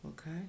Okay